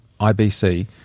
ibc